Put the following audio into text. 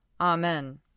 Amen